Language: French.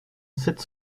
sept